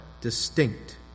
distinct